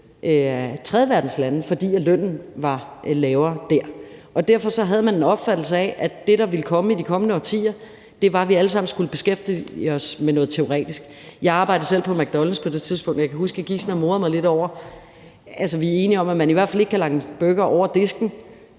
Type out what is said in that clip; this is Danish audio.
tredjeverdenslande, fordi lønnen der var lavere, og derfor havde man en opfattelse af, at det, der ville komme i de kommende årtier, var, at vi alle sammen skulle beskæftige os med noget teoretisk. Jeg arbejdede selv på McDonald's på det tidspunkt, og jeg kan huske, at jeg sådan gik og morede mig lidt. Altså, vi er i hvert fald enige om, at man ikke kan lange en burger over disken,